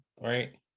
right